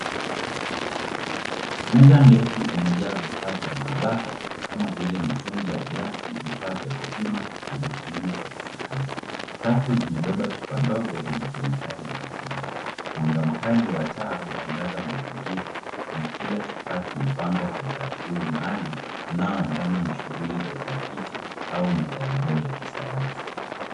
Meza ndefu imejaa vifaa vya maabara kama vile mitungi ya glasi , vifaa vya kupima na vipimo vya kisayansi. Rafu zimebeba chupa ndogo zenye kemikali mbalimbali. Mwanga mkali wa taa huangaza mazingira na kila kifaa kimepangwa kwa utaratibu maalum unaoendana na shughuli za utafiti au majaribio ya kisayansi.